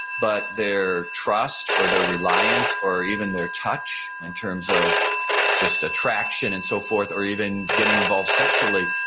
but their trust or their reliance or even their touch in terms of just attraction and so forth or even getting involved sexually,